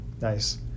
Nice